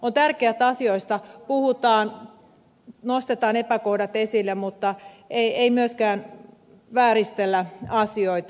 on tärkeää että asioista puhutaan nostetaan epäkohdat esille mutta ei myöskään vääristellä asioita